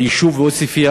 ביישוב עוספיא